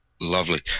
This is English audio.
Lovely